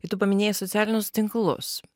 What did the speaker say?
ir tu paminėjai socialinius tinklus